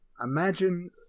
imagine